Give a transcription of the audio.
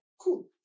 Cool